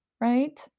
right